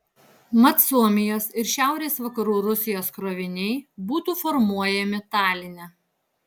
mat suomijos ir šiaurės vakarų rusijos kroviniai būtų formuojami taline